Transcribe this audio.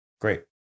Great